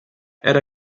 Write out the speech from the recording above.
era